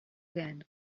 again